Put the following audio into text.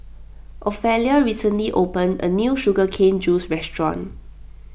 Ofelia recently opened a new Sugar Cane Juice restaurant